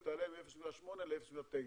תעלה מ-0.8 ל-0.9.